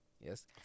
Yes